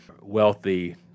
wealthy